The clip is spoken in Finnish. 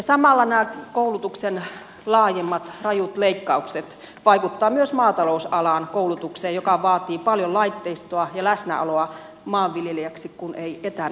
samalla nämä koulutuksen laajemmat rajut leikkaukset vaikuttavat myös maatalousalan koulutukseen joka vaatii paljon laitteistoa ja läsnäoloa maanviljelijäksi kun ei etänä opiskella